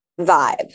vibe